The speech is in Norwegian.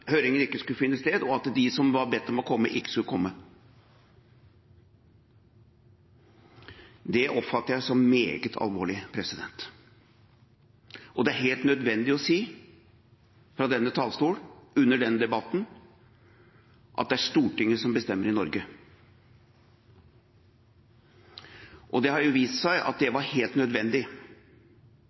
høringen ikke skulle finne sted, og at de som var bedt om å komme, ikke skulle komme. Det oppfatter jeg som meget alvorlig. Det er helt nødvendig å si fra denne talerstol, under denne debatten, at det er Stortinget som bestemmer i Norge. Og det har jo vist seg at det var helt nødvendig.